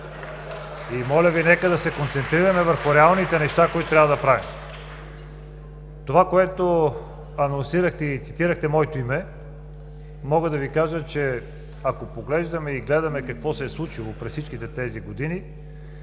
и моля Ви, нека да се концентрираме върху реалните неща, които трябва да правим. Това, което анонсирахте и цитирахте моето име, мога да Ви кажа, че ако поглеждаме и гледаме какво се е случило през всичките тези години